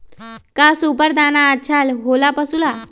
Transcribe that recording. का सुपर दाना अच्छा हो ला पशु ला?